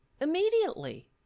immediately